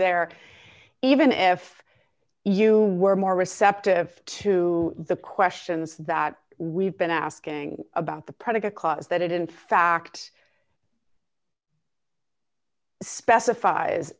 there even if you were more receptive to the questions that we've been asking about the protocol is that it in fact specifies